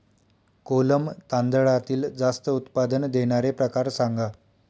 कोलम तांदळातील जास्त उत्पादन देणारे प्रकार सांगा